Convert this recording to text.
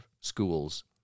schools